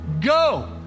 go